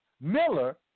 Miller